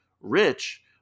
Rich